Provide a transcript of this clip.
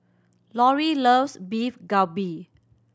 Lorrie loves Beef Galbi